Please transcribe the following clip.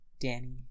Danny